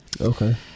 Okay